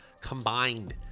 combined